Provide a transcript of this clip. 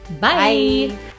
Bye